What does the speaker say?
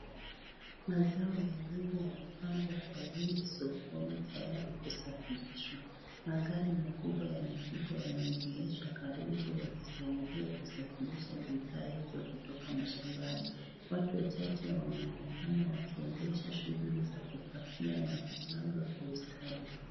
Mazao ya ndizi yamepangwa kwa wingi sokoni tayari kusafirishwa. Magari makubwa ya mifuko yameegeshwa karibu yakisaidia kusafrisha bidhaa hizo kutoka mashambani. Watu wachache wameonekana wakiendesha shughuli za kupakia na kupangwa kwa ustadi.